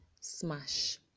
smash